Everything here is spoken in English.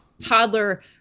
toddler